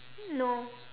no